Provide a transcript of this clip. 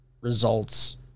results